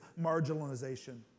marginalization